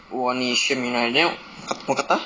我你 xue min right then moo~ mookata